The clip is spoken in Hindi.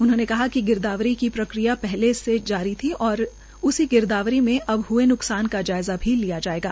उन्होंने कहा कि गिरदावरी की प्रक्रिया पहले से जारी थी और उसी गिरदावरी में अब हुय नुकसान का जायज़ा भी लिया जायेगा